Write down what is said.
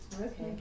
Okay